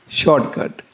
shortcut